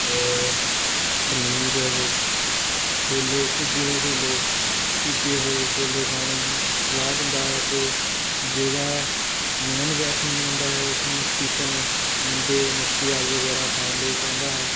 ਪਨੀਰ ਛੋਲੇ ਭੁੱਜੇ ਹੋਏ ਛੋਲੇ ਭਿੱਜੇ ਹੋਏ ਛੋਲੇ ਖਾਣ ਦੀ ਸਲਾਹ ਦਿੰਦਾ ਹੈ ਅਤੇ ਜਿਹੜਾ ਨੋਨ ਵੈਸ਼ਨੂੰ ਬੰਦਾ ਹੈ ਉਸ ਨੂੰ ਚਿਕਨ ਆਂਡੇ ਮੱਛੀ ਆਦਿ ਵਗੈਰਾ ਖਾਣ ਲਈ ਕਹਿੰਦਾ ਹੈ